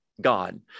God